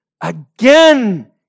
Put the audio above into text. again